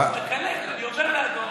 אני עובר לידו,